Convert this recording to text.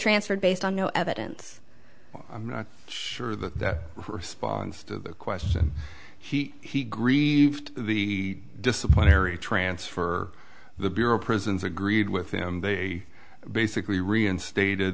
transferred based on no evidence i'm not sure that that response to the question he grieved the disciplinary transfer the bureau of prisons agreed with him they basically reinstate